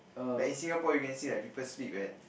like in Singapore you can see like people sleep at